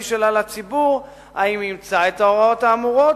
שלה לציבור אם אימצה את ההוראות האמורות,